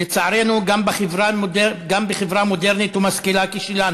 לצערנו, גם בחברה מודרנית ומשכילה כשלנו,